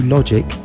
logic